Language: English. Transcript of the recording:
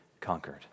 conquered